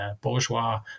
bourgeois